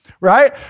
right